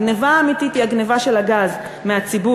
הגנבה האמיתית היא הגנבה של הגז מהציבור,